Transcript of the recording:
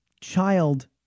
child